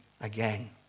again